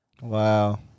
Wow